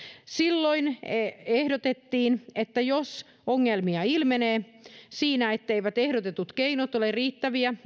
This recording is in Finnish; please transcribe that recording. silloin ehdotettiin että jos ongelmia ilmenee siinä etteivät ehdotetut keinot ole riittäviä